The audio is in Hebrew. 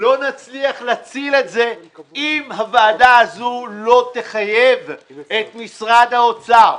לא נצליח להציל את זה אם הוועדה הזו לא תחייב את משרד האוצר.